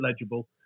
legible